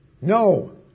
No